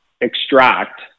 extract